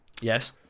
Yes